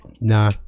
nah